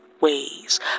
Ways